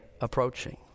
approaching